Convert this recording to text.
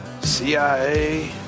CIA